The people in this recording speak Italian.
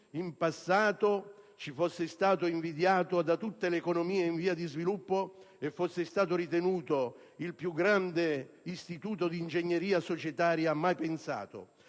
passati ci fosse stato invidiato da tutte le economie in via di sviluppo e fosse stato ritenuto il più grande istituto di ingegneria societaria mai pensato.